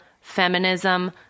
feminism